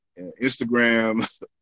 Instagram